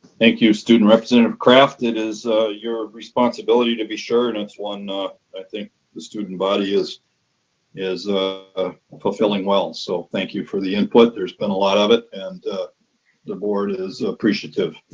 thank you, student representative kraft, it is your responsibility, to be sure, and it's one i i think the student body is is ah ah fulfilling well, so thank you for the input. there's been a lot of it and the board is appreciative.